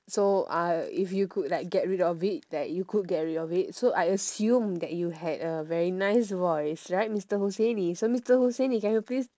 so uh if you could like get rid of it like you could like get rid of it so I assume that you had a very nice voice right mister husaini right so mister husaini can you please